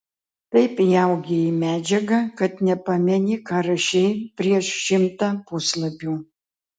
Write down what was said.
taip įaugi į medžiagą kad nepameni ką rašei prieš šimtą puslapių